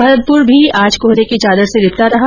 भरतपुर भी आज कोहरे की चादर से लिपटा रहा